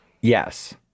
yes